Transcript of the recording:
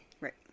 Right